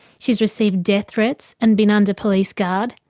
she's received death threats and been under police guard,